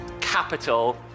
capital